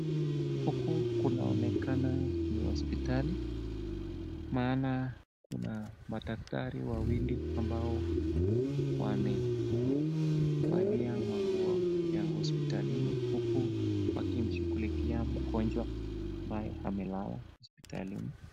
Huku kunaonekana ni hosiptali, naona kuna madaktari wawili ambao wamevalia manguo ya hosiptalini huku wakimshughulikia mgonjwa ambaye amelala hosiptalini.